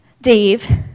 Dave